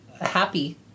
happy